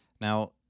Now